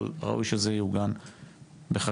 אבל ראוי שזה יעוגן בחקיקה.